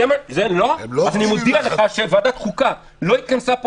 אני מודיע לך שוועדת החוקה לא התכנסה פה